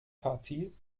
partie